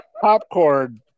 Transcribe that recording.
popcorn